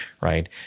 right